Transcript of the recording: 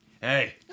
Hey